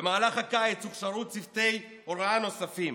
במהלך הקיץ הוכשרו צוותיי הוראה נוספים,